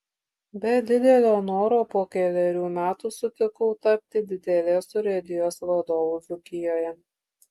be didelio noro po kelerių metų sutikau tapti didelės urėdijos vadovu dzūkijoje